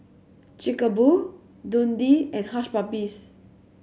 Chic a Boo Dundee and Hush Puppies